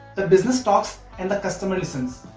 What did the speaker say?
the business talks and the customers listens.